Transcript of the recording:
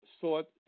sought